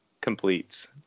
completes